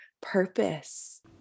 purpose